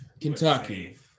Kentucky